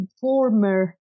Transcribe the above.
former